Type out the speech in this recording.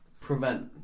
prevent